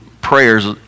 prayers